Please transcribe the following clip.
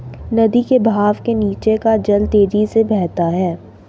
नदी के बहाव के नीचे का जल तेजी से बहता है